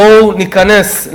בואו ניכנס.